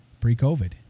pre-covid